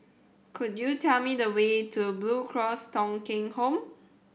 could you tell me the way to Blue Cross Thong Kheng Home